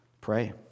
Pray